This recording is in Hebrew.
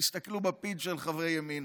תסתכלו בפיד של חברי ימינה,